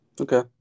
Okay